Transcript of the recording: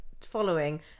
following